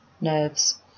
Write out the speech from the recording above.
nerves